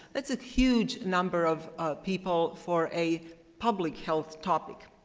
that's a huge number of people for a public health topic.